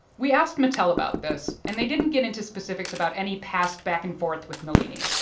we asked mattel about this, and they didn't get into specifics about any past back-and-forth with nalini.